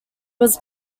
was